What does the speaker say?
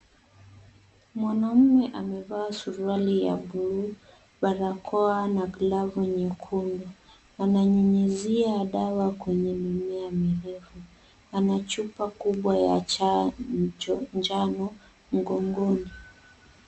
Mwanaume amevaa suruali ya bluu, barakoa na glavu nyekundu. Ananyunyuzia dawa kwenye mimea mirefu, ana chupa kubwa ya njano mgongoni.